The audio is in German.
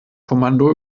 kommando